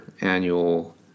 annual